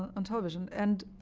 on television. and